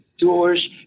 doors